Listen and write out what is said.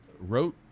wrote